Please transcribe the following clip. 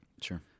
Sure